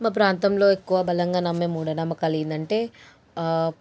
మా ప్రాంతంలో ఎక్కువగా బలంగా నమ్మే మూఢనమ్మకాలు ఏంటంటే